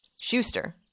Schuster